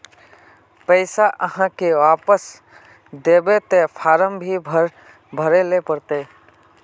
पैसा आहाँ के वापस दबे ते फारम भी भरें ले पड़ते?